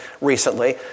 recently